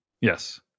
Yes